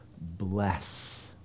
bless